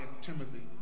Timothy